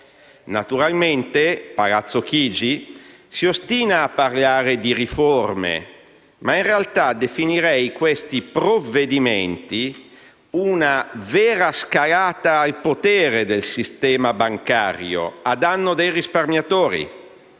Naturalmente Palazzo Chigi si ostina a parlare di riforme, ma in realtà definirei questi provvedimenti una vera scalata al potere del sistema bancario, a danno dei risparmiatori;